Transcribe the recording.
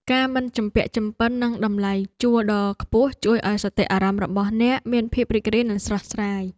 ការមិនជំពាក់ជំពិននឹងតម្លៃជួលដ៏ខ្ពស់ជួយឱ្យសតិអារម្មណ៍របស់អ្នកមានភាពរីករាយនិងស្រស់ស្រាយ។